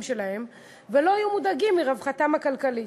שלהם ולא יהיו מודאגים מרווחתם הכלכלית.